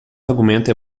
argumento